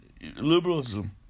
liberalism